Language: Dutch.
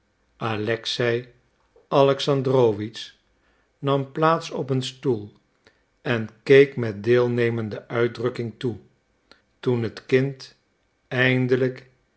alexei alexandrowitsch nam plaats op een stoel en keek met deelnemende uitdrukking toe toen het kind eindelijk